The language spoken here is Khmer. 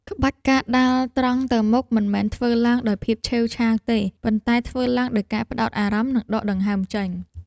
ក្បាច់ ការដាល់ត្រង់ទៅមុខ មិនមែនធ្វើឡើងដោយភាពឆេវឆាវទេ ប៉ុន្តែធ្វើឡើងដោយការផ្ដោតអារម្មណ៍ និងដកដង្ហើមចេញ។